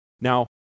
Now